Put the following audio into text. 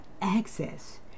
access